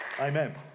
Amen